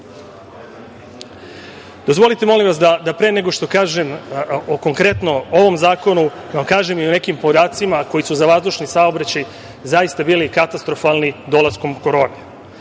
godine. Dozvolite mi da pre nego što kažem konkretno o ovom zakonu, da vam kažem i o nekim podacima koji su za vazdušni saobraćaj zaista bili katastrofalni dolaskom korone.